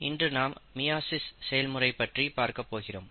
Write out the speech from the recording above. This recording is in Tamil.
இன்று நாம் மியாசிஸ் செயல்முறை பற்றி பார்க்கப் போகிறோம்